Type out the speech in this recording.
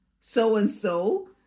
So-and-so